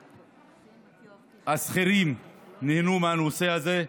השכירים נהנו מהנושא הזה.